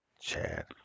Chad